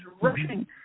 rushing